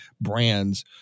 brands